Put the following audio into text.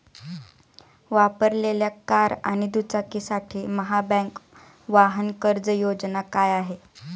वापरलेल्या कार आणि दुचाकीसाठी महाबँक वाहन कर्ज योजना काय आहे?